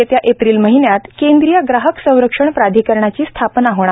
येत्या एप्रिल महिन्यात केंद्रीय ग्राहक संरक्षण प्राधिकरणाची स्थापना होणार